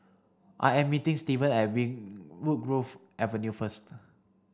I am meeting Stevan at win Woodgrove Avenue first